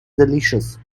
delicious